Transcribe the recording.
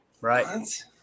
right